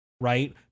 Right